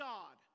God